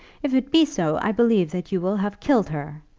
if it be so, i believe that you will have killed her.